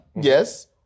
Yes